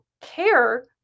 care